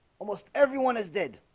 almost everyone is dead